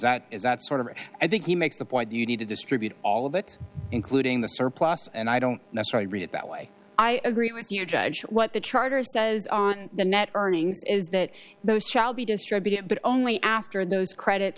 that is that sort of i think he makes the point you need to distribute all of it including the surplus and i don't necessarily read it that way i agree with you judge what the charter says on the net earnings is that those shall be distributed but only after those credits